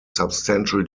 substantial